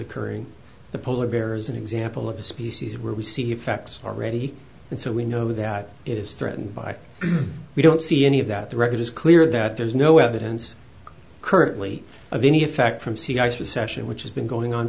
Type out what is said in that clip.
occurring the polar bear is an example of a species where we see the effects are ready and so we know that it is threatened by we don't see any of that the record is clear that there's no evidence currently of any effect from sea ice recession which has been going on